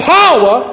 power